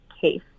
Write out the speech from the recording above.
case